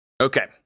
Okay